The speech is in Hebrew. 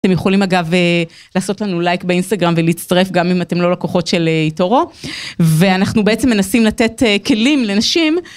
אתם יכולים אגב לעשות לנו לייק באינסטגרם ולהצטרף גם אם אתם לא לקוחות של איתורו. ואנחנו בעצם מנסים לתת כלים לנשים.